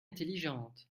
intelligente